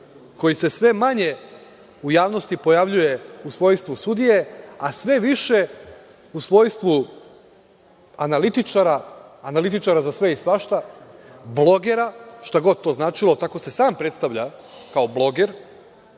koji se sve manje u javnosti pojavljuje u svojstvu sudije, a sve više u svojstvu analitičara, analitičara za sve i svašta, blogera, šta god to značilo, tako se sam predstavlja – kao bloger,